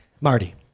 Marty